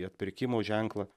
į atpirkimo ženklą